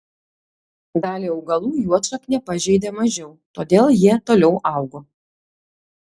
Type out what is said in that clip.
dalį augalų juodšaknė pažeidė mažiau todėl jie toliau augo